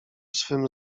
swym